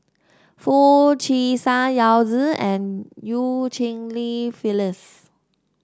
Foo Chee San Yao Zi and Eu Cheng Li Phyllis